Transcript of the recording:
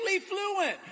fluent